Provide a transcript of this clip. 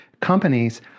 companies